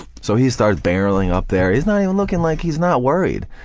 so he starts barreling up there, he's not even looking like he's not worried,